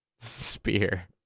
Spear